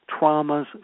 traumas